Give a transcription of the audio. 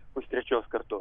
už trečios kartos